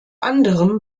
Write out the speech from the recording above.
anderem